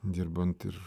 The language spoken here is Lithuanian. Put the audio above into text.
dirbant ir